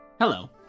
Hello